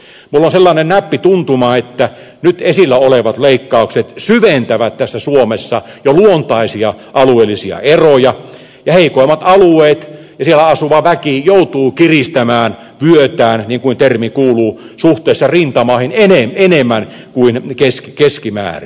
minulla on sellainen näppituntuma että nyt esillä olevat leikkaukset syventävät suomessa jo luontaisia alueellisia eroja ja heikoimmat alueet ja siellä asuva väki joutuvat kiristämään vyötään niin kuin termi kuuluu suhteessa rintamaihin enemmän kuin keskimäärin